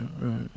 right